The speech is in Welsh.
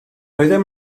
oeddem